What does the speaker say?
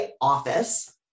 office